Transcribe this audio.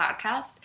Podcast